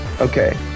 Okay